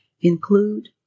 include